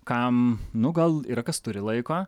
kam nu gal yra kas turi laiko